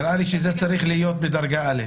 נראה לי שזה צריך להיות בדרגה א',